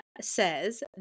says